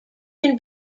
can